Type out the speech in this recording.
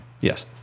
yes